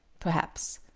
perhaps.